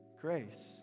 grace